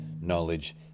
knowledge